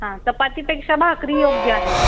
हां चपाचीपेक्षा भाकरी योग्य आहे